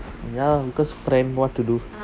ya because friend what to do